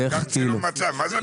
צילום מצב.